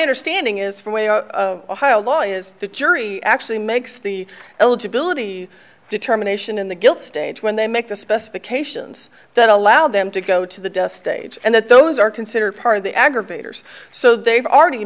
understanding is from way of law is the jury actually makes the eligibility determination in the guilt stage when they make the specifications that allow them to go to the death stage and that those are considered part of the aggravators so they've already